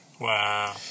Wow